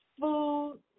Food